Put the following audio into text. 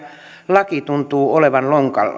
laki tuntuu olevan lonkalla